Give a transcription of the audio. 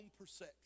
perception